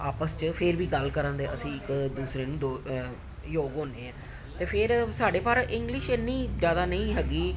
ਆਪਸ 'ਚ ਫਿਰ ਵੀ ਗੱਲ ਕਰਨ ਦੇ ਅਸੀਂ ਇੱਕ ਦੂਸਰੇ ਨੂੰ ਦੋ ਯੋਗ ਹੁੰਦੇ ਹਾਂ ਅਤੇ ਫਿਰ ਸਾਡੇ ਪਰ ਇੰਗਲਿਸ਼ ਇੰਨੀ ਜ਼ਿਆਦਾ ਨਹੀਂ ਹੈਗੀ